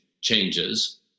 changes